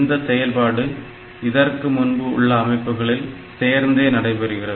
இந்த செயல்பாடு இதற்கு முன்பு உள்ள அமைப்பில் சேர்ந்தே நடைபெறுகிறது